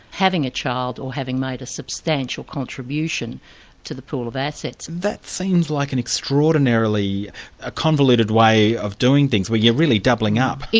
having a child, or having made a substantial contribution to the pool of assets. that seems like an extraordinarily ah convoluted way of doing things, where you're really doubling up.